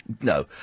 No